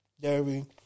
dairy